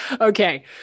okay